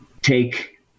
take